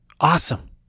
Awesome